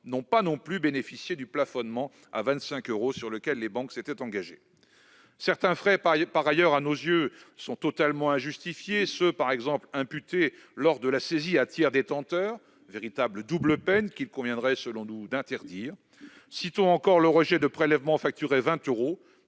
n'ont pas non plus bénéficié du plafonnement à 25 euros, sur lequel les banques s'étaient engagées. Par ailleurs, certains frais sont, à nos yeux, totalement injustifiés, par exemple ceux qui sont imputés lors de la saisie à tiers détenteur- c'est une véritable double peine qu'il conviendrait, selon nous, d'interdire. Citons encore le rejet de prélèvement qui est facturé 20 euros,